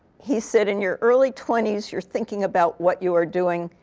he said, in your early twenty s, you're thinking about what you are doing.